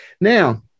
Now